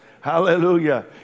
Hallelujah